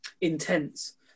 intense